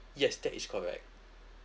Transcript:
yes that is correct